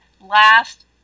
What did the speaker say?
last